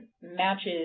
matches